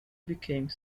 became